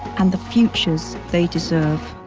and the futures they deserve.